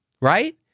right